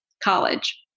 College